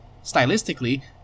Stylistically